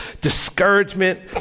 discouragement